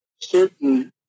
certain